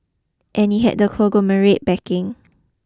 and he had the conglomerate's backing